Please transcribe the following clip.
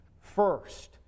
first